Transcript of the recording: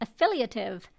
affiliative